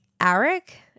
Eric